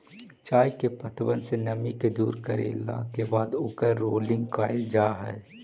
चाय के पत्तबन से नमी के दूर करला के बाद ओकर रोलिंग कयल जा हई